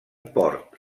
port